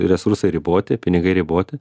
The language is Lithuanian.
resursai riboti pinigai riboti